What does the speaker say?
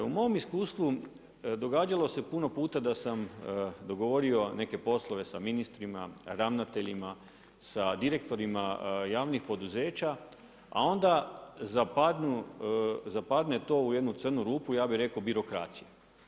U mom iskustvu događalo se puno puta da sam dogovorio neke poslove sa ministrima, ravnateljima, sa direktorima javnih poduzeća, a onda zapadne to u jednu crnu rupu ja bih rekao birokracije.